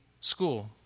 school